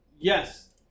Yes